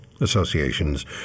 associations